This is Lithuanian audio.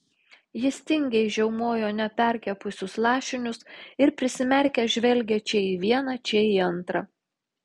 jis tingiai žiaumojo neperkepusius lašinius ir prisimerkęs žvelgė čia į vieną čia į antrą